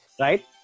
right